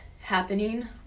happening